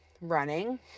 running